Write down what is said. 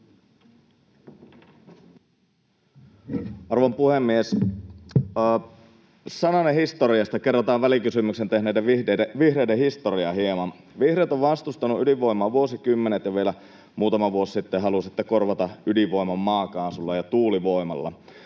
Arvon puhemies! Sananen historiasta — kerrotaan välikysymyksen tehneiden vihreiden historiaa hieman: Vihreät ovat vastustaneet ydinvoimaa vuosikymmenet, ja vielä muutama vuosi sitten halusitte korvata ydinvoiman maakaasulla ja tuulivoimalla.